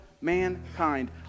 mankind